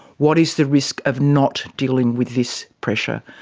what is the risk of not dealing with this pressure?